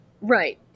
Right